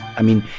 i mean,